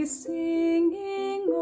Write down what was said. singing